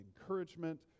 encouragement